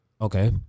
Okay